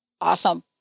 awesome